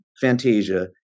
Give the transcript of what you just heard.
Fantasia